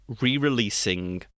re-releasing